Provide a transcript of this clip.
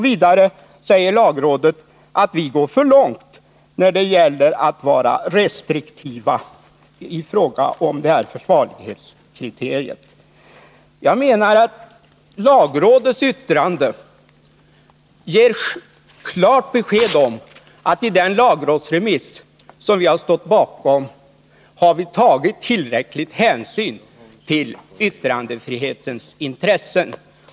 Vidare säger lagrådet att vi går för långt när det gäller att vara restriktiva i fråga om försvarlighetskriteriet. Jag menar att lagrådets yttrande ger klart besked om att vi i den lagrådsremiss som vi har stått bakom har tagit tillräcklig hänsyn till yttrandefrihetens intresse.